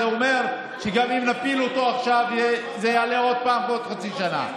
זה אומר שגם אם נפיל אותו עכשיו זה יעלה עוד פעם בעוד חצי שנה.